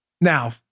Now